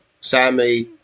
Sammy